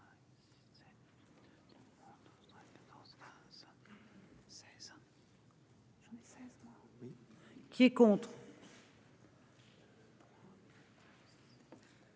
Qui est contre